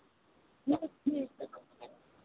नमस्ते